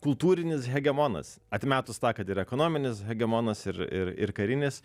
kultūrinis hegemonas atmetus tą kad ir ekonominis hegemonas ir ir ir karinis